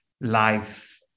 life